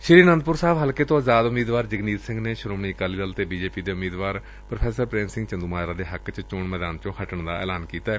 ਸ਼ੀ ਆਨੰਦਪੁਰ ਸਾਹਿਬ ਹਲਕੇ ਤੋ ਆਜਾਦ ਉਮੀਦਵਾਰ ਜਗਨੀਤ ਸਿੰਘ ਨੇ ਸ਼ੋਮਣੀ ਅਕਾਲੀ ਦਲ ਅਤੇ ਬੀਜੇਪੀ ਦੇ ਉਮੀਦਵਾਰ ਪ੍ਰੋ ਪ੍ਰੇਮ ਸਿੰਘ ਚੰਦੁਮਾਜਰਾ ਦੇ ਹੱਕ ਵਿੱਚ ਚੋਣ ਮੈਦਾਨ 'ਚ ਹਟਣ ਦਾ ਐਲਾਨ ਕੀਤਾ ਹੈ